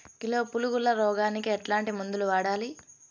Kilo పులుగుల రోగానికి ఎట్లాంటి మందులు వాడాలి?